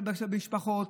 במשפחות,